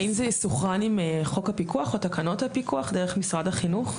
האם זה יסונכרן עם חוק הפיקוח או תקנות הפיקוח דרך משרד החינוך?